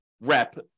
rep